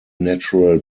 natural